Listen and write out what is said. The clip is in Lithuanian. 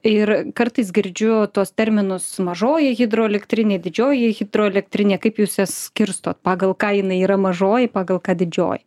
ir kartais girdžiu tuos terminus mažoji hidroelektrinė didžioji hidroelektrinė kaip jūs jas skirstot pagal ką jinai yra mažoji pagal ką didžioji